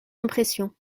impressions